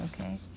okay